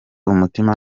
umutima